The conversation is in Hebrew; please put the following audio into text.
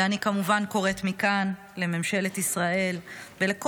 ואני כמובן קוראת מכאן לממשלת ישראל ולכל